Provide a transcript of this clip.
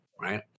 right